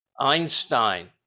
Einstein